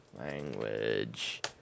Language